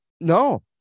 No